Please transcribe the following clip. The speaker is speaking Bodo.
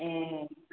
ए